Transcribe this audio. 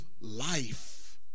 life